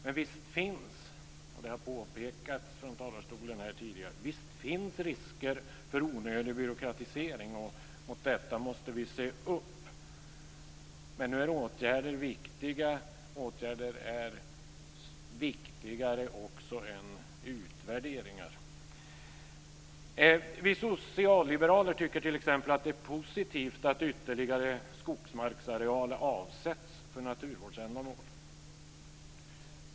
Men visst finns det, och det har påpekats härifrån talarstolen tidigare, risker för onödig byråkratisering. Detta måste vi se upp med. Nu är åtgärder viktiga. Åtgärder är viktigare än utvärderingar. Vi socialliberaler tycker t.ex. att det är positivt att ytterligare skogsmarksarealer avsätts för naturvårdsändamål.